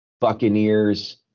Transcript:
Buccaneers